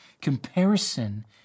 comparison